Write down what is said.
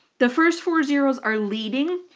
the first four zeroes are leading.